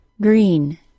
green